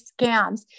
scams